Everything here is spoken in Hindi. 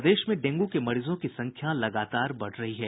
प्रदेश में डेंगू के मरीजों की संख्या लगातार बढ़ रही है